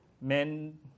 men